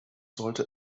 sollte